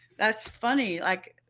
that's funny. like,